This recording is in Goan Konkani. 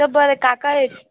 चल बरें काका ये